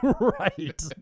Right